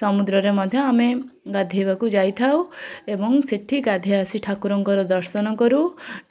ସମୁଦ୍ରରେ ମଧ୍ୟ ଆମେ ଗାଧେଇବାକୁ ଯାଇଥାଉ ଏବଂ ସେଠି ଗାଧେଇ ଆସି ଠାକୁରଙ୍କର ଦର୍ଶନ କରୁ